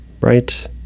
right